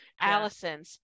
Allison's